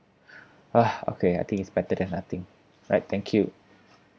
ugh okay I think it's better than nothing alright thank you